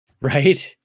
Right